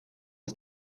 aus